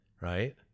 right